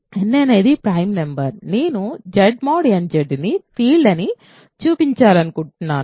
n అనేది prime number నేను Z mod nZ ని ఫీల్డ్ అని చూపించాలనుకుంటున్నాను